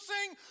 sing